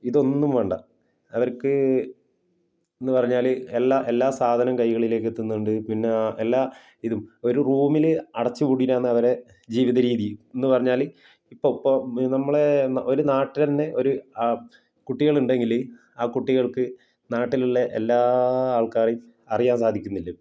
ഇതൊന്നും വേണ്ട അവർക്ക് എന്നു പറഞ്ഞാല് എല്ലാം എല്ലാ സാധനവും കൈകളിലേക്കെത്തുന്നുണ്ട് പിന്നെ എല്ലാ ഇതും ഒരു റൂമില് അടച്ച് പൂട്ടിയിട്ടാണ് അവരുടെ ജീവിത രീതി എന്ന് പറഞ്ഞാല് ഇപ്പോള് ഇപ്പോള് നമ്മളുടെ ഒരു നാട്ടില്തന്നെ ഒരു കുട്ടികളുണ്ടെങ്കില് ആ കുട്ടികൾക്ക് നാട്ടിലുള്ള എല്ലാ ആൾക്കാരെയും അറിയാൻ സാധിക്കുന്നില്ലേ